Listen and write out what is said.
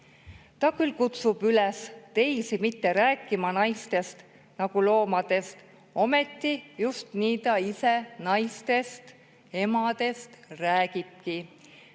Ta küll kutsub üles teisi mitte rääkima naistest nagu loomadest, ometi just nii ta ise naistest, emadest räägibki.